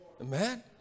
Amen